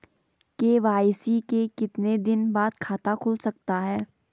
KYC के कितने दिन बाद खाता खुल सकता है?